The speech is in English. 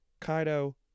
Kaido